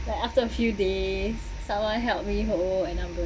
like after a few days someone help me and I'm